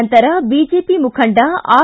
ನಂತರ ಬಿಜೆಪಿ ಮುಖಂಡ ಆರ್